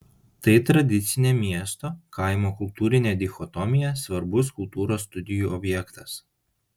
tai tradicinė miesto kaimo kultūrinė dichotomija svarbus kultūros studijų objektas